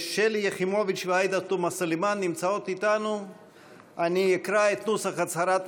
היום החלו מאות מיליוני מוסלמים בכל רחבי העולם לציין את חודש הרמדאן.